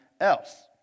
else